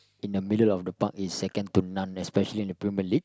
in the middle of the park is second to none especially in Premier League